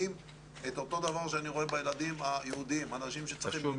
כמה אנשים בשנה